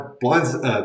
blinds